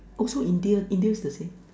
also India India is the same